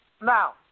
Now